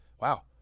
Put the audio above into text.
Wow